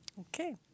Okay